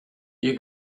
you